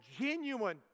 genuine